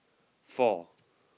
four